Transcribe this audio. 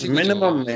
minimum